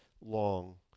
long